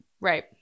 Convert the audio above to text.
Right